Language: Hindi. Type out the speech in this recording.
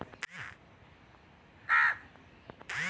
कोदो को बोने के एक महीने पश्चात उसमें खाद डाली जा सकती है